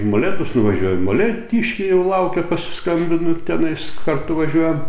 į molėtus nuvažiuoju molėtiškiai jau laukia pasiskambinu tenai kartu važiuojam